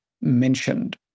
mentioned